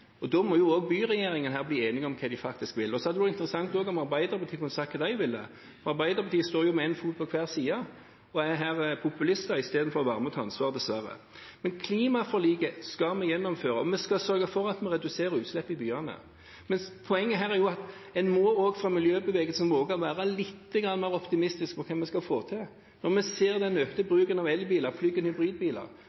Da må jo også byregjeringen bli enig om hva de faktisk vil. Det hadde også vært interessant om Arbeiderpartiet kunne sagt hva de vil. Arbeiderpartiet står jo med én fot på hver side og er her populister istedenfor å være med og ta ansvar – dessverre. Klimaforliket skal vi gjennomføre, og vi skal sørge for at vi reduserer utslippene i byene. Men poenget her er jo at en også fra miljøbevegelsens side må våge å være lite grann mer optimistisk når det gjelder hva vi skal få til. Når vi ser den økte bruken av elbiler og hybridbiler,